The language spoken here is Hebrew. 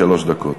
שלוש דקות.